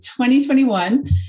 2021